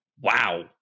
Wow